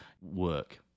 work